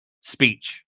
speech